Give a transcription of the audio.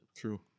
True